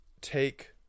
take